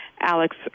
alex